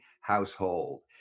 household